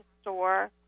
store